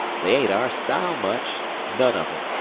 they ain't our style much none of em.